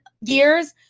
years